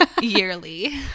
yearly